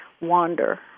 wander